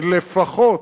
לפחות,